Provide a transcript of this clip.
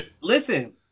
Listen